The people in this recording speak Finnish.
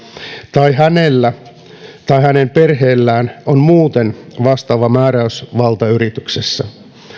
tai hänellä tai hänen perheellään on muuten vastaava määräysvalta yrityksessä